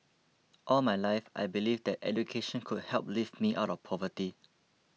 all my life I believed that education could help lift me out of poverty